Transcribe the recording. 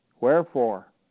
Wherefore